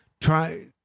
try